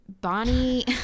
Bonnie